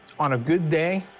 on a good day,